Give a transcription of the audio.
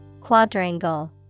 quadrangle